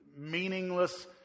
meaningless